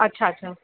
अच्छा अच्छा